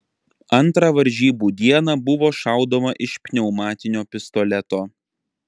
antrą varžybų dieną buvo šaudoma iš pneumatinio pistoleto